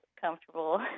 comfortable